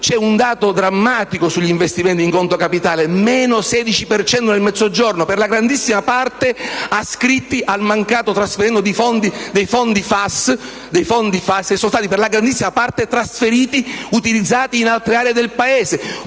c'è un dato drammatico sugli investimenti in conto capi tale: meno 16 per cento nel Mezzogiorno, per la grandissima parte ascritti al mancato trasferimento di fondi FAS che sono stati per la maggior parte utilizzati in altre aree del Paese,